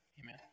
Amen